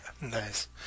Nice